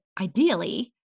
ideally